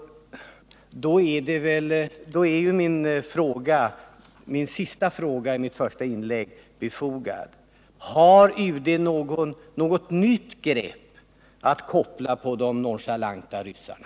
Då är ju min sista fråga i mitt första inlägg befogad. Har UD något nytt grepp att koppla på de nonchalanta ryssarna?